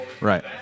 right